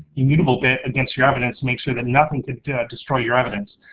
a mutable bit against your evidence, make sure that nothing could destroy your evidence.